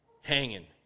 hanging